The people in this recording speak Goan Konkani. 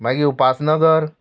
मागी उपासनगर